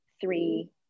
three